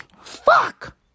Fuck